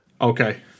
Okay